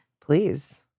Please